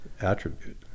attribute